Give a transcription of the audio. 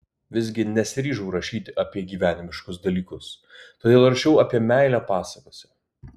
visgi nesiryžau rašyti apie gyvenimiškus dalykus todėl rašiau apie meilę pasakose